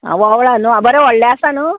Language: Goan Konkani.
वोंवळां न्हू आं बरें व्हडलें आसा न्हू